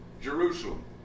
Jerusalem